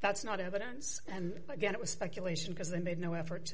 that's not evidence and again it was speculation because they made no effort to